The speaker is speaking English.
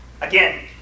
again